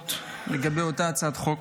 אמירות לגבי אותה הצעת חוק.